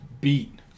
beat